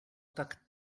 tak